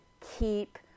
keep